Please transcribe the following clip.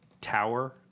tower